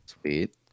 Sweet